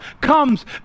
comes